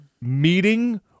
meeting